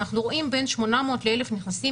אנחנו רואים בין 800 ל-1,000 נכנסים